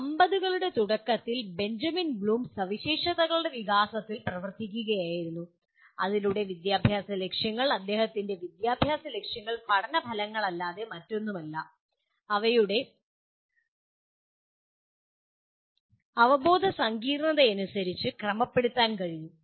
50 കളുടെ തുടക്കത്തിൽ Benjamin Bloom സവിശേഷതകളുടെ വികാസത്തിൽ പ്രവർത്തിക്കുകയായിരുന്നു അതിലൂടെ വിദ്യാഭ്യാസ ലക്ഷ്യങ്ങൾ അദ്ദേഹത്തിന്റെ വിദ്യാഭ്യാസ ലക്ഷ്യങ്ങൾ പഠന ഫലങ്ങളല്ലാതെ മറ്റൊന്നുമല്ല അവയുടെ അവബോധ സങ്കീർണ്ണതയനുസരിച്ച് ക്രമപ്പെടുത്താൻ കഴിയും